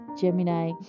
Gemini